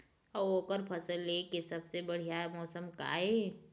अऊ ओकर फसल लेय के सबसे बढ़िया मौसम का ये?